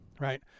right